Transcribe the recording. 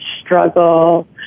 struggle